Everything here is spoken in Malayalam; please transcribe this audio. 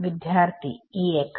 വിദ്യാർത്ഥി E x